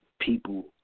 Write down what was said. people